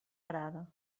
parada